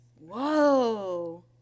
Whoa